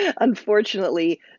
unfortunately